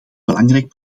belangrijk